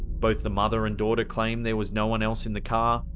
both the mother and daughter claim there was no one else in the car,